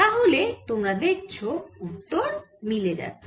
তাহলে তোমরা দেখছ উত্তর মিলে যাচ্ছে